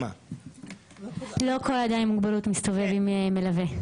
לא כל אדם עם מוגבלות מסתובב עם מלווה.